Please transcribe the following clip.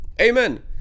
Amen